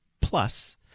Plus